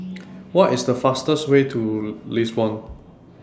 What IS The fastest Way to Lisbon